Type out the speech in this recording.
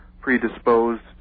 predisposed